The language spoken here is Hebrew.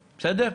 בסדר?